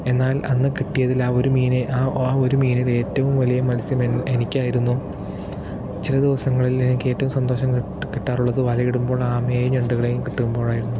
എന്നാൽ അന്ന് കിട്ടിയതിൽ ആ ഒരു മീനിനെ ആ ആ ഒരു മീനിനെ ഏറ്റവും വലിയ മത്സ്യം എനിക്ക് ആയിരുന്നു ചില ദിവസങ്ങളിൽ എനിക്ക് ഏറ്റവും സന്തോഷം കിട്ടാറുള്ളത് വലയിടുമ്പോൾ ആമയേയും ഞണ്ടുകളെയും കിട്ടുമ്പോഴായിരുന്നു